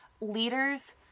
leaders